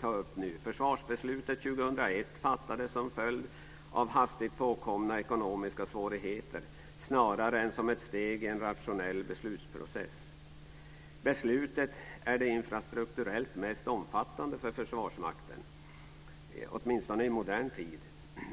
ta upp nu. Försvarsbeslutet 2001 fattades som en följd av hastigt påkomna ekonomiska svårigheter snarare än som ett steg i en rationell beslutsprocess. Beslutet är det infrastrukturellt mest omfattande för Försvarsmakten, åtminstone i modern tid.